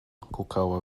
kukała